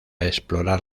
explorar